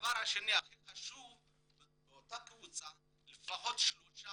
והדבר השני שהכי חשוב באותה קבוצה זה ששלושה